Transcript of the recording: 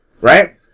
Right